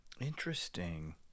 Interesting